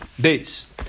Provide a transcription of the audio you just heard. base